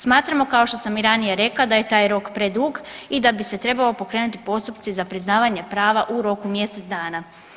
Smatramo kao što sam i ranije rekla da je taj rok predug i da bi se trebali pokrenuti postupci za priznavanje prava u roku mjesec dana.